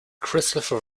christopher